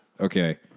okay